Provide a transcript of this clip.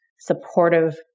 supportive